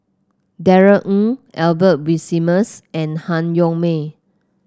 Darrell Ang Albert Winsemius and Han Yong May